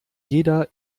jeder